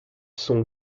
sont